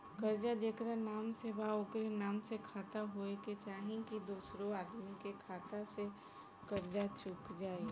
कर्जा जेकरा नाम से बा ओकरे नाम के खाता होए के चाही की दोस्रो आदमी के खाता से कर्जा चुक जाइ?